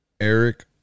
Eric